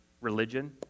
religion—